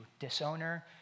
disowner